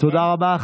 תודה רבה.